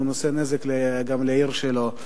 ועושה נזק גם לעיר שלו.